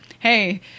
hey